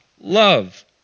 love